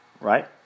right